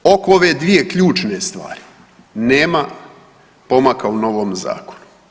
Oko ove dvije ključne stvari nema pomaka u novom zakonu.